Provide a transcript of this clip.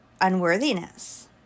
unworthiness